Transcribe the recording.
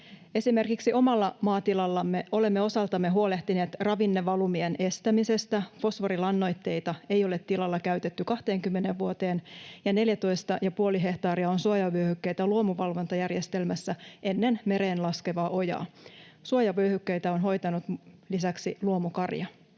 Esimerkiksi omalla maatilallamme olemme osaltamme huolehtineet ravinnevalumien estämisestä. Fosforilannoitteita ei ole tilalla käytetty 20 vuoteen, ja 14,5 hehtaaria on suojavyöhykkeitä luomuvalvontajärjestelmässä ennen mereen laskevaa ojaa. Suojavyöhykkeitä on hoitanut lisäksi luomukarja.